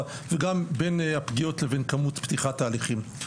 וגם בין הפגיעות לבין כמות פתיחת ההליכים.